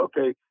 okay